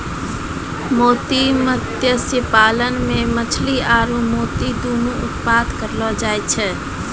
मोती मत्स्य पालन मे मछली आरु मोती दुनु उत्पादन करलो जाय छै